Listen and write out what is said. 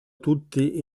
tutti